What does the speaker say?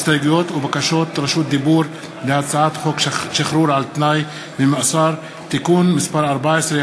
הסתייגויות ובקשות דיבור להצעת חוק שחרור על-תנאי ממאסר (תיקון מס' 14),